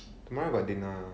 tomorrow I got dinner